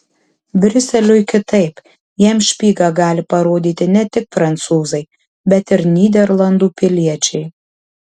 briuseliui kitaip jam špygą gali parodyti ne tik prancūzai bet ir nyderlandų piliečiai